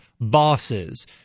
bosses